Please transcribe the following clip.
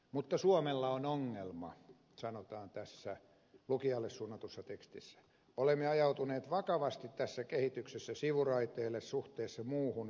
mutta suomella on ongelma sanotaan tässä lukijalle suunnatussa tekstissä olemme ajautuneet vakavasti tässä kehityksessä sivuraiteelle suhteessa muuhun kehittyvään maailmaan